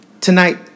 Tonight